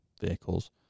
vehicles